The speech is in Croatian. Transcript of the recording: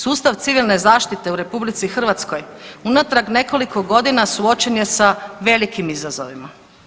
Sustav civilne zaštite u RH unatrag nekoliko godina suočen je sa velikim izazovima.